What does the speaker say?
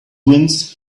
winds